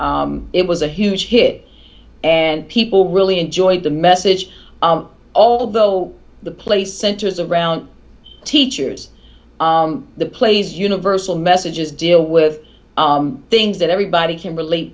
e it was a huge hit and people really enjoyed the message although the play centers around teachers the plays universal messages deal with things that everybody can relate